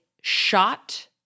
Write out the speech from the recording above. shot